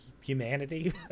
humanity